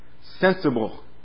sensible